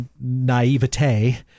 naivete